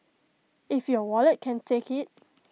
if your wallet can take IT